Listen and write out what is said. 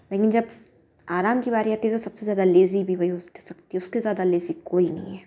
लेकिन जब आराम की बारी आती है तो सबसे ज़्यादा लेज़ी भी वही हो सकती है उससे ज़्यादा लेज़ी कोई नहीं है